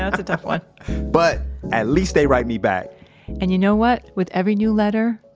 that's a tough one but at least they write me back and you know what? with every new letter,